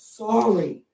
sorry